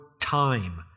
time